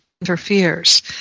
interferes